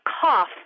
cough